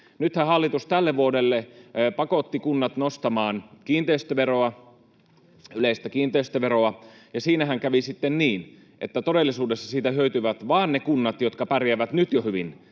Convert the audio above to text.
Nythän hallitus tälle vuodelle pakotti kunnat nostamaan yleistä kiinteistöveroa, ja siinähän kävi sitten niin, että todellisuudessa siitä hyötyvät vain ne kunnat, jotka pärjäävät jo nyt hyvin,